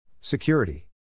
Security